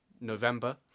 November